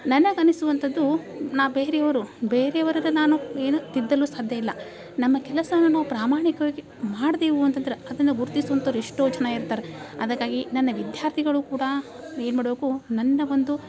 ನನಗೆ ಅನಿಸುವಂಥದ್ದು ನಾ ಬೇರೆಯವರು ಬೇರೆಯವರದು ನಾನು ಏನೂ ತಿದ್ದಲು ಸಾಧ್ಯ ಇಲ್ಲ ನಮ್ಮ ಕೆಲಸವನ್ನು ನಾವು ಪ್ರಾಮಾಣಿಕವಾಗಿ ಮಾಡ್ದೆವು ಅಂತಂದ್ರೆ ಅದನ್ನು ಗುರ್ತಿಸೋವಂತವ್ರ್ ಎಷ್ಟೋ ಜನ ಇರ್ತಾರೆ ಅದಕ್ಕಾಗಿ ನನ್ನ ವಿದ್ಯಾರ್ಥಿಗಳು ಕೂಡ ಏನು ಮಾಡಬೇಕು ನನ್ನ ಒಂದು